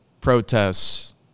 protests